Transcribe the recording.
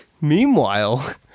Meanwhile